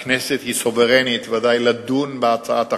ודאי שהכנסת סוברנית לדון בהצעת החוק,